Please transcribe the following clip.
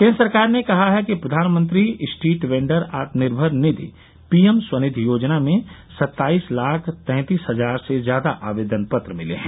केंद्र सरकार ने कहा है कि प्रधानमंत्री स्ट्रीटवेंडर्स आत्मनिर्भर निधि पीएम स्वनिधि योजना में सत्ताईस लाख तैंतीस हजार से ज्यादा आवेदन पत्र मिले हैं